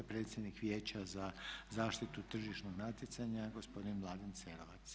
Predsjednik Vijeća za zaštitu tržišnog natjecanja gospodin Mladen Cerovac.